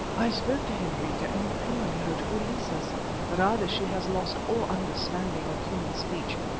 i spoke to hendrika, imploring her to release us but either she has lost all understanding of human speech,